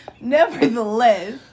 nevertheless